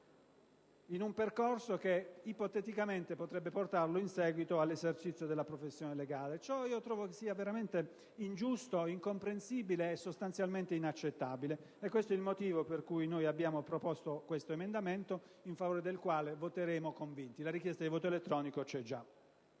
in un percorso che ipoteticamente potrebbe portarlo, in seguito, all'esercizio della professione legale. Credo che ciò sia veramente ingiusto, incomprensibile e sostanzialmente inaccettabile ed è per questo motivo che abbiamo proposto l'emendamento, in favore del quale voteremo convinti. La richiesta di voto elettronico è già